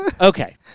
Okay